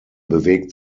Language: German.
bewegt